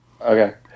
Okay